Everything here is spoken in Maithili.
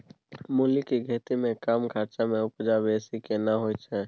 मूली के खेती में कम खर्च में उपजा बेसी केना होय है?